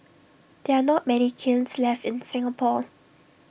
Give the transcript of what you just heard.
there are not many kilns left in Singapore